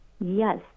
yes